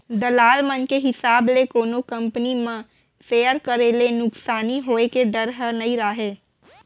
दलाल मन के हिसाब ले कोनो कंपनी म सेयर करे ले नुकसानी होय के डर ह नइ रहय